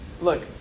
Look